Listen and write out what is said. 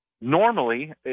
Normally